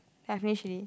ya finish already